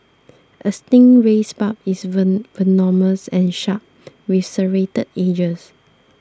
a stingray's barb is venomous and sharp with serrated edges